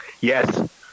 Yes